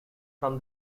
from